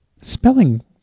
spelling